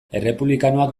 errepublikanoak